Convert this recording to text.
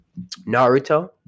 Naruto